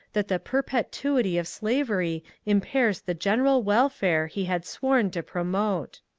that the perpetuity of slavery im pairs the general welfare he had sworn to promote.